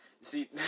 See